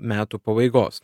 metų pabaigos